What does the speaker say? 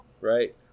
Right